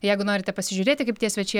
jeigu norite pasižiūrėti kaip tie svečiai